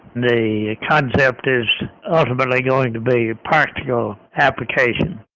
the concept is ultimately going to be practical applications.